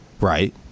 Right